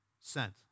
sent